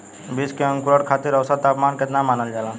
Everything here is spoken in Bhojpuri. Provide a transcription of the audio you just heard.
बीज के अंकुरण खातिर औसत तापमान केतना मानल जाला?